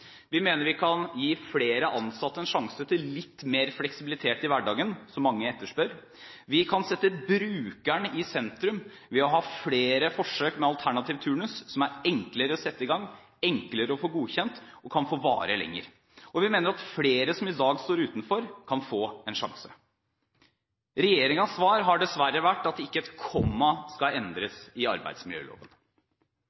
Vi mener vi kan gi flere ansatte en sjanse til litt mer fleksibilitet i hverdagen – som mange etterspør. Vi kan sette brukeren i sentrum ved å ha flere forsøk med alternativ turnus som er enklere å sette i gang, enklere å få godkjent og som kan få vare lenger. Og vi mener at flere som i dag står utenfor, kan få en sjanse. Regjeringens svar har dessverre vært at ikke et komma skal